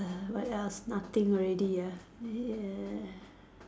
uh what else nothing already ah ya